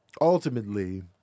ultimately